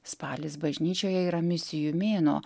spalis bažnyčioje yra misijų mėnuo